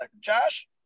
Josh